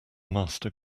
master